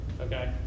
Okay